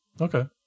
Okay